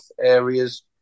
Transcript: areas